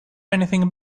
anything